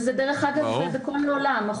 זה דרך אגב ככה בכל העולם,